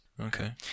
Okay